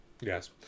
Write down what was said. Yes